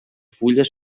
fulles